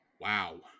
wow